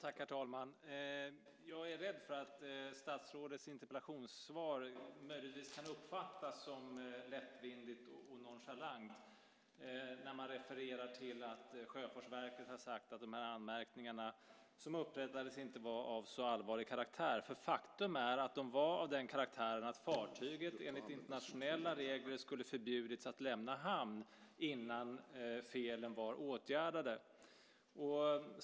Herr talman! Jag är rädd för att statsrådets interpellationssvar möjligtvis kan uppfattas som lättvindigt och nonchalant, när man refererar till att Sjöfartsverket har sagt att de anmärkningar som upprättades inte var av så allvarlig karaktär. Faktum är att de var av den karaktären att fartyget enligt internationella regler skulle ha förbjudits att lämna hamn innan felen var åtgärdade.